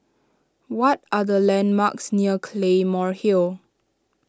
what are the landmarks near Claymore Hill